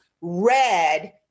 red